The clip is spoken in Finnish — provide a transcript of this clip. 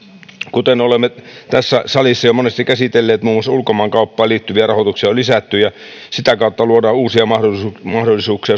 kuten olemme tässä salissa jo monesti käsitelleet muun muassa ulkomaankauppaan liittyviä rahoituksia on lisätty ja sitä kautta luodaan uusia mahdollisuuksia mahdollisuuksia